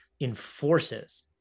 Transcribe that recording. enforces